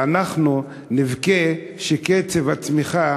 ואנחנו נבכה שקצב הצמיחה